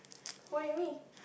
why me